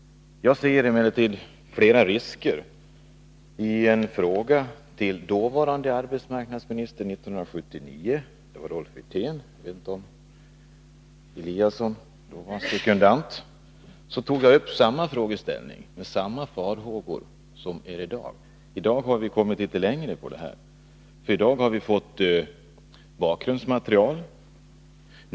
Jag ser emellertid flera risker. I en fråga till dåvarande arbetsmarknadsministern Rolf Wirtén 1979 — jag vet inte om Ingemar Eliasson då var sekundant — tog jag upp samma frågeställning och uttalade samma farhågor som i dag. Nu har vi kommit litet längre och fått bakgrundsmaterial.